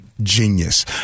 genius